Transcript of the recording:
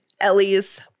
Ellie's